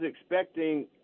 expecting